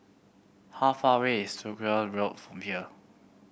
how far away is Road from here